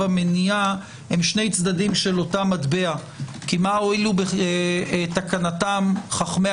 המניעה הם שני צדדים של אותה מטבע כי מה הועילו בתקנתם חכמי